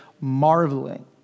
marveling